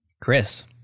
Chris